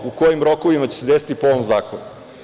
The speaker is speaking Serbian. U kojim rokovima će se desiti po ovom zakonu?